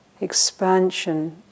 expansion